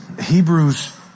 Hebrews